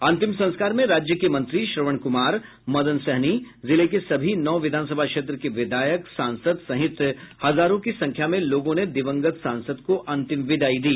अंतिम संस्कार में राज्य के मंत्री श्रवण कुमार मदन सहनी जिले के सभी नौ विधानसभा क्षेत्र के विधायक सांसद सहित हजारों की संख्या में लोगों ने दिवंगत सांसद को अंतिम विदाई दी